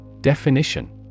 Definition